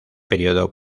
período